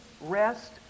rest